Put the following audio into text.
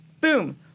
boom